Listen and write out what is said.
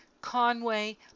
Conway